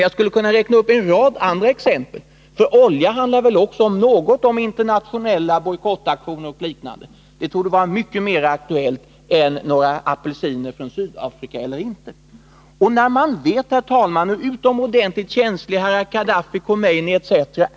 Jag skulle kunna räkna upp en rad andra exempel, för när det gäller oljan handlar det väl om något om internationella bojkottaktioner och liknande. Det torde vara mycket mer aktuellt än några apelsiner från Sydafrika. Då man vet, herr talman, hur utomordentligt känsliga herrar Khadaffi. Khomeini etc.